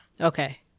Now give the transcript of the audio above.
Okay